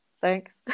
Thanks